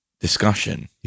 discussion